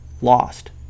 lost